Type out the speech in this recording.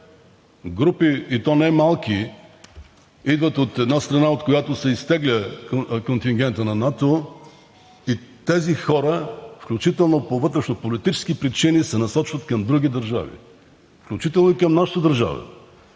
групи, и то немалки, идват от една страна, от която се изтегля контингентът на НАТО, и тези хора, включително по вътрешнополитически причини, се насочват към други държави и към нашата държава.